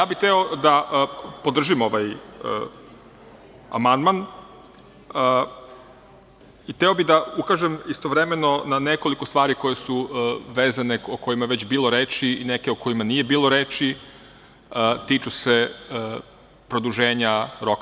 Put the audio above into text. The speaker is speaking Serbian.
Ja bih hteo da podržim ovaj amandman i hteo bih da ukažem istovremeno na nekoliko stvari koje su vezane, o kojima je već bilo reči i neke o kojima nije bilo reči, tiču se produženja roka.